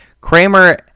Kramer